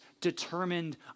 determined